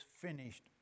finished